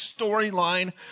storyline